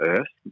Earth